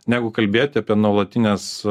negu kalbėti apie nuolatines